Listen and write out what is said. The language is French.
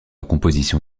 composition